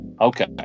Okay